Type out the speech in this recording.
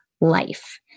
life